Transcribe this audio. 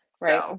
right